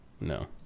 No